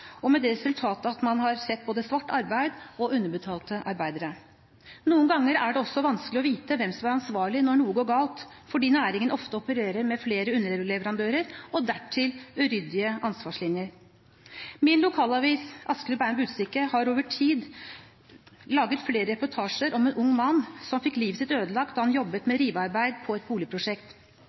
med det resultatet at man har sett både svart arbeid og underbetalte arbeidere. Noen ganger er det også vanskelig å vite hvem som er ansvarlig når noe går galt, fordi næringen ofte opererer med flere underleverandører og dertil uryddige ansvarslinjer. Min lokalavis, Budstikka, har over tid laget flere reportasjer om en ung mann som fikk livet sitt ødelagt da han jobbet med rivearbeid på et boligprosjekt.